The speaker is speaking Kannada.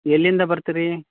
ಎಲ್ಲಿಂದ ಬರ್ತೀರಿ